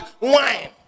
wine